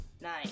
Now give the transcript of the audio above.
Nine